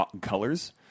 colors